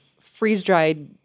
freeze-dried